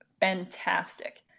fantastic